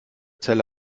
zelle